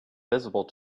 visible